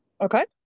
Okay